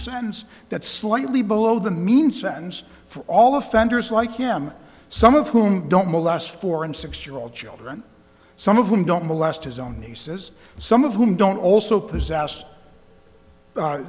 sense that slightly below the mean sentence for all offenders like him some of whom don't molest four and six year old children some of whom don't molest his own nieces some of whom don't also possess